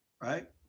Right